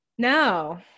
No